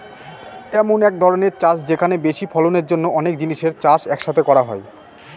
এমন এক ধরনের চাষ যেখানে বেশি ফলনের জন্য অনেক জিনিসের চাষ এক সাথে করা হয়